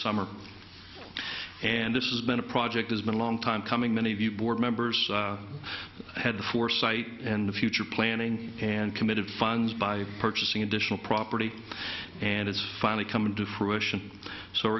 ummer and this is been a project has been a long time coming many of the board members had the foresight and future planning and committed funds by purchasing additional property and it's finally coming to fruition so